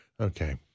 Okay